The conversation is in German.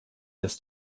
dass